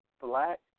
black